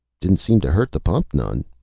didn't seem to hurt the pump none.